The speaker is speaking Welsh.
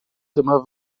dyma